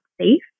safe